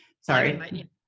Sorry